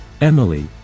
Emily